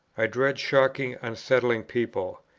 i dread shocking, unsettling people.